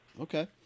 Okay